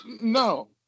No